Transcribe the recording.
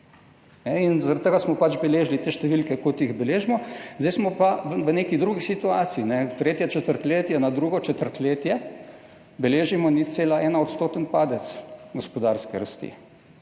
tega smo pač beležili te številke, kot jih beležimo. Zdaj smo pa v neki drugi situaciji, tretje četrtletje na drugo četrtletje beležimo 0,1-odstoten padec gospodarske rasti.